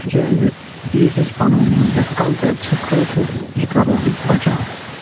تِکیٚازِ یُس اسہِ پنُن یہِ وٕنکیٚس کلچر چھُ کٲشُر یہِ کرٕون أسۍ بچاوُن